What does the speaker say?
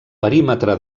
perímetre